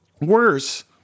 Worse